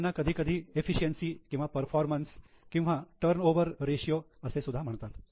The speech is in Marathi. त्यांना कधी कधी एफिशियन्सी किंवा परफॉर्मन्स किंवा टर्नओवर रेषीयो असे म्हणतात